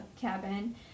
cabin